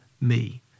me